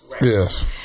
Yes